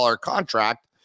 contract